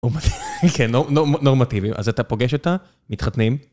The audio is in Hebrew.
כן, נורמטיביים. אז אתה פוגש אותה, מתחתנים.